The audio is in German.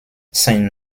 sein